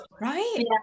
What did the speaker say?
right